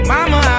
Mama